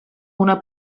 una